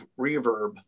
reverb